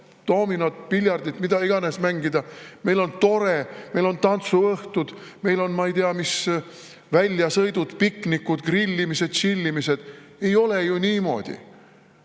doominot, piljardit, mida iganes mängida. Meil on tore, meil on tantsuõhtud, meil on ma ei tea mis väljasõidud, piknikud, grillimised-tšillimised. Ei ole ju niimoodi!